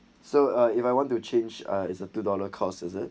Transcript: so uh if I want to change ah is a two dollar cost it